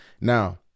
Now